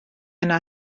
yna